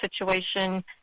Situation